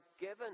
given